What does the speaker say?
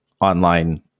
online